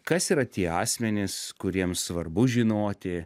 kas yra tie asmenys kuriems svarbu žinoti